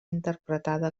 interpretada